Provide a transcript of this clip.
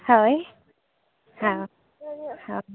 ᱦᱚᱭ ᱦᱮᱸ ᱦᱮᱸ